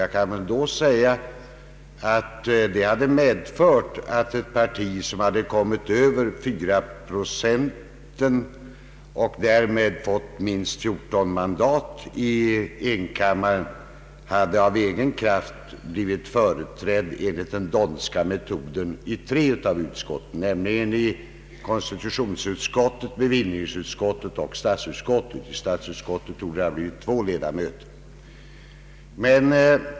Jag kan nämna att det systemet medförde att ett parti som kommit över fyra procent och därmed fått minst 14 mandat i enkammaren av egen kraft blivit företrätt enligt den d'Hondtska metoden i tre av utskotten, nämligen konstitutionsutskottet, bevillningsutskottet och statsutskottet. I statsutskottet torde det ha blivit två platser.